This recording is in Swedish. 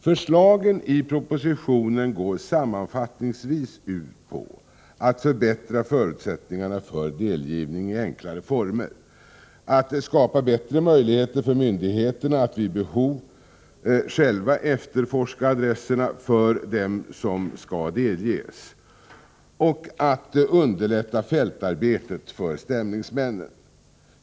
Förslagen i propositionen går sammanfattningsvis ut på att förbättra förutsättningarna för delgivning i enklare former, att skapa bättre möjligheter för myndigheterna att vid behov själva efterforska adresserna till dem som skall delges samt att underlätta fältarbetet för stämningsmännen.